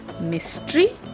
mystery